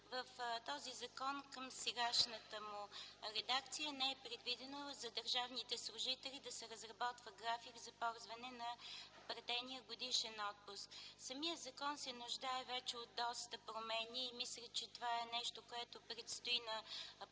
В този закон, в сегашната му редакция не е предвидено за държавните служители да се разработва график за ползване на платения годишен отпуск. Самият закон се нуждае вече от доста промени и мисля, че това е нещо, което предстои на